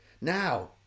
now